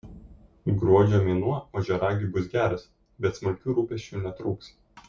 gruodžio mėnuo ožiaragiui bus geras bet smulkių rūpesčių netrūks